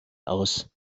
aus